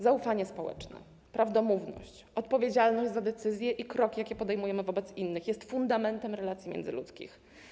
Zaufanie społeczne, prawdomówność, odpowiedzialność za decyzje i kroki, jakie podejmujemy wobec innych, stanowią fundament relacji międzyludzkich.